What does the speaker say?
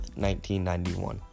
1991